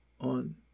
on